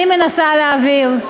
אני מנסה להעביר.